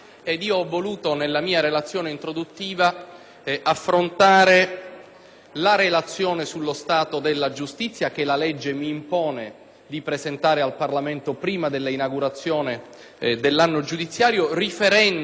introduttiva sullo stato della giustizia che la legge mi impone di presentare al Parlamento prima dell'inaugurazione dell'anno giudiziario, riferire quello che i dati ci dicono sullo situazione della giustizia in Italia,